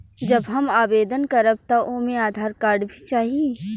जब हम आवेदन करब त ओमे आधार कार्ड भी चाही?